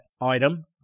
item